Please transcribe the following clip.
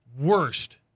worst